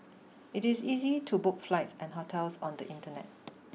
it is easy to book flights and hotels on the internet